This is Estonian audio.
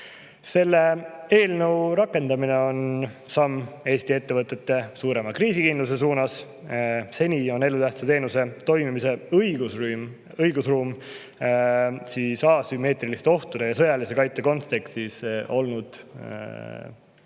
Selle eelnõu rakendamine on samm Eesti ettevõtete suurema kriisikindluse suunas. Seni on elutähtsa teenuse toimimise õigusruum asümmeetriliste ohtude ja sõjalise kaitse kontekstis olnud liiga